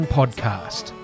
podcast